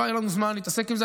לא היה לנו זמן להתעסק עם זה,